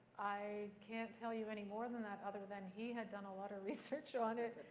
i can't tell you anymore than that, other than he had done a lot of research on it,